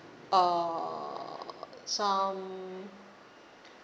uh some